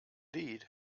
lead